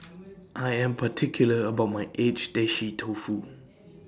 I Am particular about My Agedashi Dofu